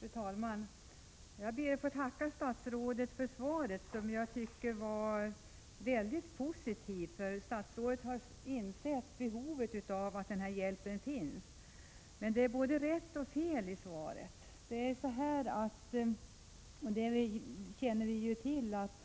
Fru talman! Jag ber att få tacka statsrådet för svaret, som jag tycker är väldigt positivt. Statsrådet har ju insett behovet av att denna hjälp finns. Men det är både rätt och fel i svaret. Som vi alla känner till är det så att